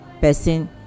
person